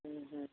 ம் ஹும்